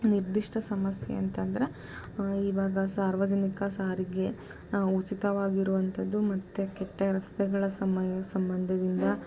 ನಿರ್ದಿಷ್ಟ ಸಮಸ್ಯೆ ಅಂತಂದರೆ ಇವಾಗ ಸಾರ್ವಜನಿಕ ಸಾರಿಗೆ ಉಚಿತವಾಗಿರುವಂಥದ್ದು ಮತ್ತು ಕೆಟ್ಟ ರಸ್ತೆಗಳ ಸಮಯ ಸಂಬಂಧದಿಂದ